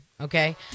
okay